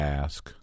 ask